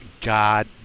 god